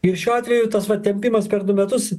ir šiuo atveju tas vat patempimas per du metus